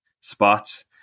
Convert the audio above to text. spots